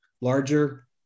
larger